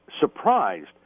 surprised